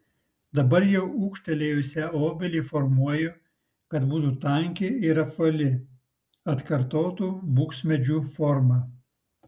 dabar jau ūgtelėjusią obelį formuoju kad būtų tanki ir apvali atkartotų buksmedžių formą